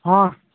ହଁ